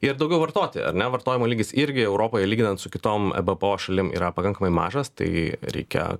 ir daugiau vartoti ar ne vartojimo lygis irgi europoje lyginant su kitom ebpo šalim yra pakankamai mažas tai reikia